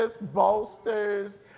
bolsters